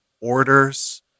orders